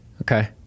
okay